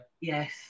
Yes